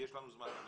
יש לנו זמן בשבילכם.